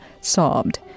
sobbed